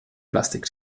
plastik